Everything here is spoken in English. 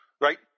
right